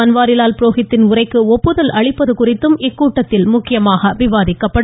பன்வாரிலால் புரோஹித்தின் உரைக்கு ஒப்புதல் அளிப்பது குறித்தும் இக்கூட்டத்தில் முக்கியமாக விவாதிக்கப்படும்